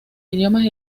idiomas